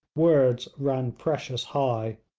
words ran precious high.